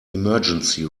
emergency